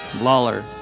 Lawler